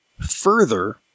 further